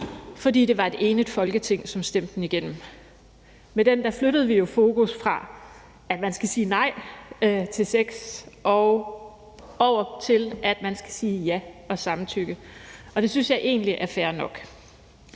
fordi det var et enigt Folketing, som stemte den igennem. Med den flyttede vi jo fokus fra, at man skal sige nej til sex, over til, at man skal sige ja og samtykke til det, og det synes jeg egentlig er fair nok.